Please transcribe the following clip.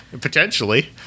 Potentially